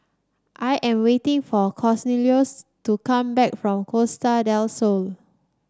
I am waiting for Cornelius to come back from Costa Del Sol